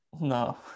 No